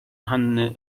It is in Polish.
hanny